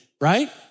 right